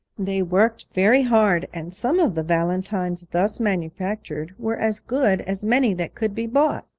they worked very hard, and some of the valentines thus manufactured were as good as many that could be bought.